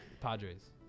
Padres